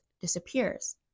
disappears